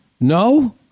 No